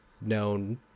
known